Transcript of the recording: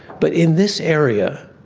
but in this area